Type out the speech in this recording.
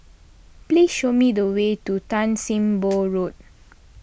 please show me the way to Tan Sim Boh Road